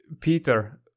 Peter